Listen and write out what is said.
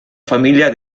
familia